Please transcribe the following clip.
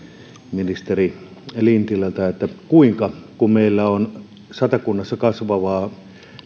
ministeri lintilältä kun meillä on satakunnassa kasvavaa